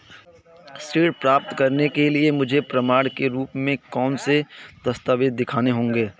ऋण प्राप्त करने के लिए मुझे प्रमाण के रूप में कौन से दस्तावेज़ दिखाने होंगे?